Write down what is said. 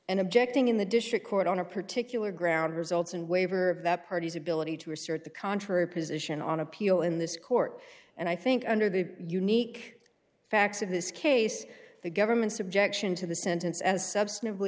and objecting in the district court on a particular ground results and waiver of that party's ability to assert the contrary position on appeal in this court and i think under the unique facts of this case the government's objection to the sentence as subs